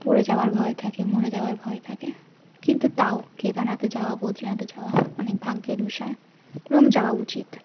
পড়ে যাওয়ার ভয় থাকে মরে যাওয়ার ভয় থাকে কিন্তু তাও কেদারনাথে যাওয়া বদ্রীনাথে যাওয়া অনেক ভাগ্যের বিষয় এবং যাওয়া উচিত